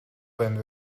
байна